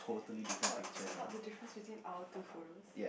spot spot the difference between our two photos